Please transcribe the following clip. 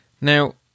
Now